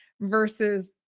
versus